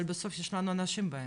אבל בסוף יש לנו אנשים באמצע.